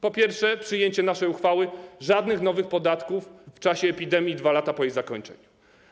Po pierwsze, przyjęcie naszej uchwały, żadnych nowych podatków w czasie epidemii i 2 lata po jej zakończeniu.